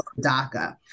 DACA